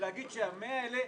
לומר שה-100 האלה-